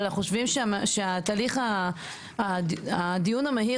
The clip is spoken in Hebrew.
אבל אנחנו חושבים שהתהליך הדיון המהיר